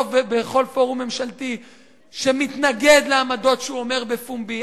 ורוב בכל פורום ממשלתי שמתנגד לעמדות שהוא אומר בפומבי.